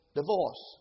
divorce